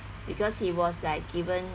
because he was like given